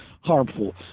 harmful